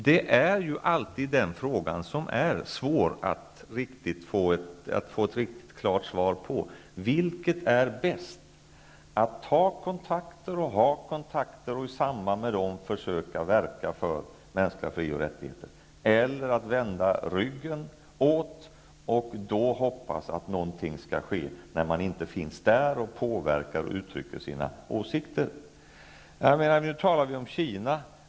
Det är alltid svårt att få ett riktigt klart svar på om det är bäst att ha kontakter och i samband med dem försöka verka för mänskliga fri och rättigheter eller att vända ryggen till och hoppas att någonting skall ske när man inte finns på plats och försöker påverka och uttrycka sina åsikter. Vi har nu talat om Kina.